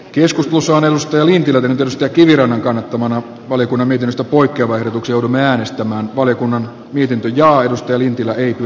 kannatan edustaja lintilän ehdotustakivirannan kannattamana oli kun unitedista poikkeva tukeudumme äänestämään valiokunnan mietintö linjaa edusti lintilä heitti